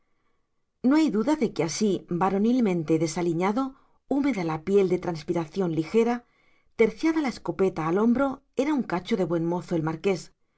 no hay duda que así varonilmente desaliñado húmeda la piel de transpiración ligera terciada la escopeta al hombro era un cacho de buen mozo el marqués